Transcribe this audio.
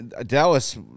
Dallas